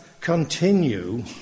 continue